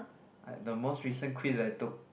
had the most recent quiz I took